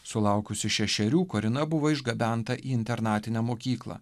sulaukusi šešerių korina buvo išgabenta į internatinę mokyklą